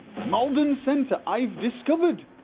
malden center! i've discovered